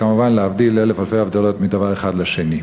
כמובן להבדיל אלף אלפי הבדלות מדבר אחד לשני.